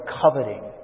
coveting